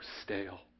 stale